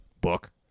book